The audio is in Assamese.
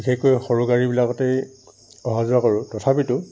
বিশেষকৈ সৰু গাড়ীবিলাকতেই অহা যোৱা কৰো তথাপিতো